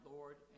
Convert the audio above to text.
Lord